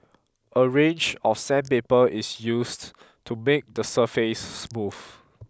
a range of sandpaper is used to make the surface smooth